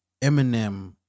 Eminem